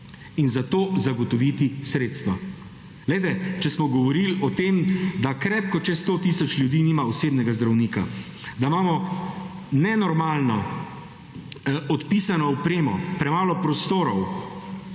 In zato zagotoviti sredstva. Glejte, če smo govorili o tem, da krepko čez sto tisoč ljudi nima osebnega zdravnika, da imamo nenormalno odpisano odpremo, premalo prostorov,